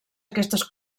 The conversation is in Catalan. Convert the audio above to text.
aquestes